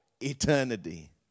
eternity